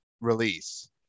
release